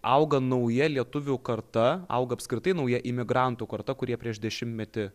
auga nauja lietuvių karta auga apskritai nauja imigrantų karta kurie prieš dešimtmetį